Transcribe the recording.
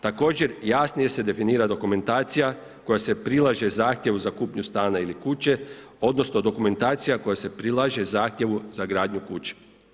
Također jasnije se definira dokumentacija koja se prilaže zahtjevu za kupnju stana ili kuće odnosno dokumentacija kojoj se prilaže zahtjevu za gradnju kuće.